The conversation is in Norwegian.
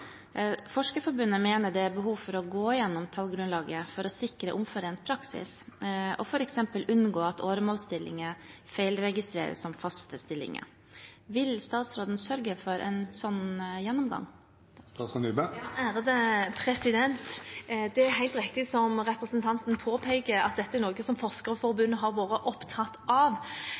Forskerforbundet mener det er behov for å gå gjennom tallgrunnlaget, for å sikre omforent praksis og f.eks. unngå at åremålsstillinger feilregistreres som faste stillinger. Vil statsråden sørge for en sånn gjennomgang? Det er helt riktig som representanten påpeker, at dette er noe som Forskerforbundet har vært opptatt av.